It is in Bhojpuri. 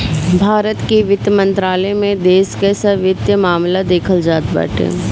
भारत के वित्त मंत्रालय में देश कअ सब वित्तीय मामला देखल जात बाटे